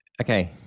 okay